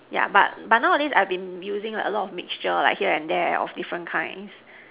yeah but but nowadays I have been using like a lot mixture here and there of different kind